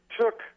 took